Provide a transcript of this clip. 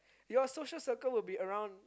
your social circle will be around